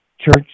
church